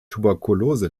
tuberkulose